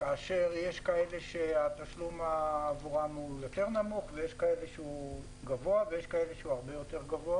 כאשר יש כאלה שהתשלום עבורם גבוה ויש כאלה שהתשלום עבורם נמוך.